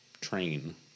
train